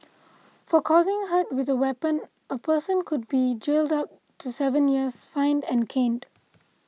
for causing hurt with a weapon a person could be jailed up to seven years fined and caned